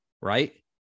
right